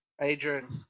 Adrian